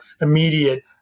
immediate